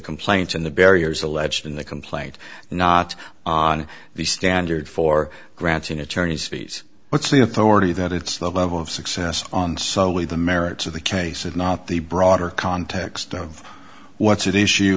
complaint in the barriers alleged in the complaint not on the standard for granting attorneys fees what's the authority that it's the level of success on solely the merits of the case and not the broader context of what's at issue